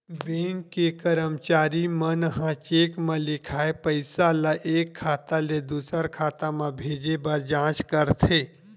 bank के करमचारी मन ह चेक म लिखाए पइसा ल एक खाता ले दुसर खाता म भेजे बर जाँच करथे